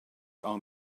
are